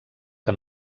que